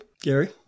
Gary